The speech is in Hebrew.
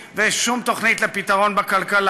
שום תוכנית ליוזמה מדינית ושום תוכנית לפתרון בכלכלה.